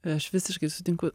aš visiškai sutinku